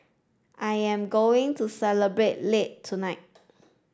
I am going to celebrate late tonight